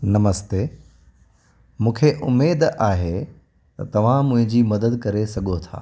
नमस्ते मूंखे उमेदु आहे त तव्हां मुंहिंजी मदद करे सघो था